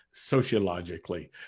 sociologically